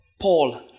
Paul